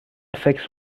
فکر